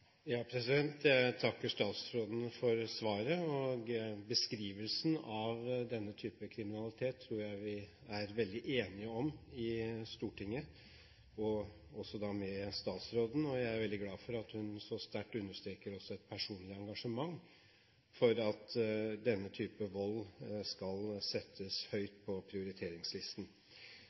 Jeg takker statsråden for svaret. Beskrivelsen av denne type kriminalitet tror jeg vi i Stortinget – og også statsråden – er veldig enige om, og jeg er veldig glad for at hun så sterkt understreker også et personlig engasjement for at denne type vold skal settes høyt på prioriteringslisten.